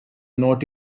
not